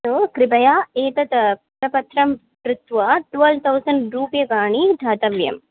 लो कृपया एतत् प्रपत्रं धृत्वा ट्वेल् तौसण्ड् रूप्यकाणि दातव्यम्